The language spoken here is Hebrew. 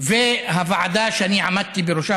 ושל הוועדה שאני עמדתי בראשה,